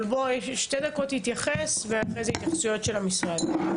תתייחס שתי דקות, ואחרי זה התייחסויות של המשרד.